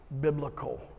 biblical